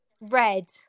Red